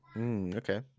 Okay